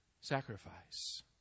sacrifice